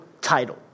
title